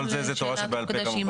כל זה זה תורה שבעל פה כמובן,